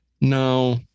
no